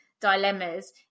dilemmas